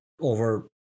over